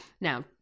Now